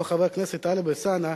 אותו חבר הכנסת טלב אלסאנע,